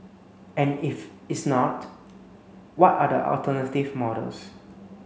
and if it's not what are the alternative models